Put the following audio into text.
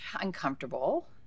uncomfortable